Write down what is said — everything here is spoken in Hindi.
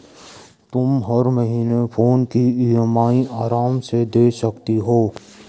तुम हर महीने फोन की ई.एम.आई आराम से दे सकती हो